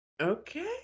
Okay